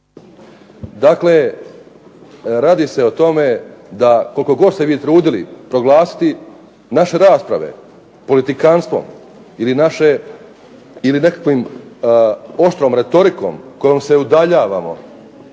Dakle, radi se o tome da koliko god se vi trudili proglasiti naše rasprave politikanstvom ili naše, ili nekakvom oštrom retorikom kojom se udaljavamo